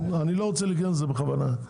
רוצה להיכנס לזה בכוונה.